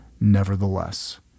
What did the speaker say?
nevertheless